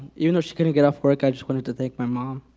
even though she couldn't get off work i just wanted to thank my mom,